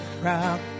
crowd